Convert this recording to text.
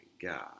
god